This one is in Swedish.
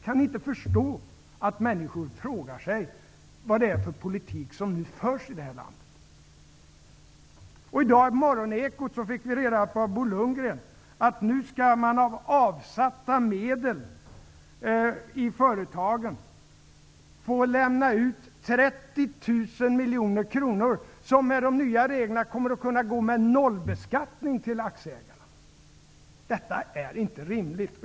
Kan ni inte förstå att människor frågar sig vad det är för politik som nu förs i det här landet? Lundgren reda på att man av avsatta medel i företagen nu skall få lämna ut 30 000 miljoner kronor som med de nya reglerna kommer att kunna gå med nollbeskattning till aktieägarna. Detta är inte rimligt.